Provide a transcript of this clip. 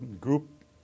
group